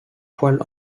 poêles